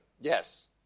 Yes